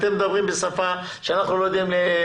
אתם מדברים בשפה שאנחנו לא יודעים.